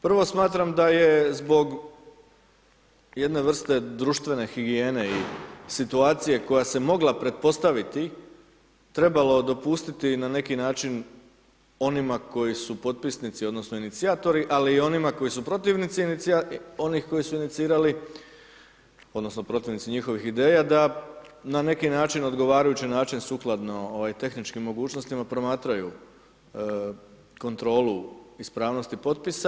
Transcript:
Prvo, smatram da je zbog jedne vrste društvene higijene i situacije koja se mogla pretpostaviti, trebalo dopustit na neki način onima koji su potpisnici odnosno inicijatori, ali i onima koji su protivnici onih koji su inicirali, odnosno protivnici njihovim ideja, da na neki način, odgovarajući način sukladno, ovaj, tehničkim mogućnostima promatraju kontrolu ispravnosti potpisa.